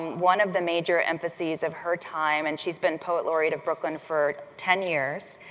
one of the major emphases of her time and she's been poet laureate of brooklyn for ten years